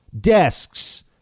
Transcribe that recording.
desks